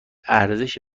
ارزش